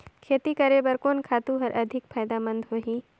खेती करे बर कोन खातु हर अधिक फायदामंद होही?